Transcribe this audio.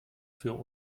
für